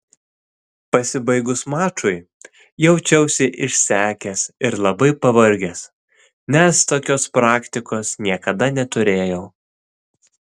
pasibaigus mačui jaučiausi išsekęs ir labai pavargęs nes tokios praktikos niekada neturėjau